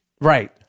Right